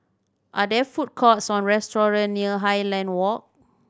are there food courts or restaurant near Highland Walk